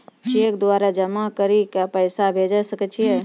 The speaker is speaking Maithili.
चैक द्वारा जमा करि के पैसा भेजै सकय छियै?